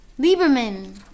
Lieberman